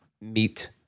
meet